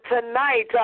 tonight